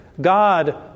God